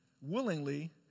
willingly